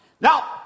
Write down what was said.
Now